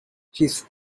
his